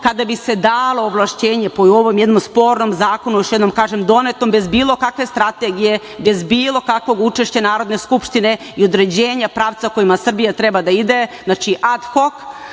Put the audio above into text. kada bi se dalo ovlašćenje po ovom jednom spornom zakonu, kažem, donetom bez bilo kakve strategije, bez bilo kakvog učešća Narodne skupštine i određenja pravca kojim Srbija treba da ide, znači, adhok,